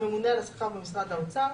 הממונה על השכר במשרד האוצר,